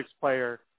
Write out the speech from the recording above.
player